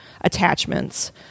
attachments